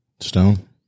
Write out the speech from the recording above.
stone